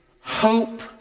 hope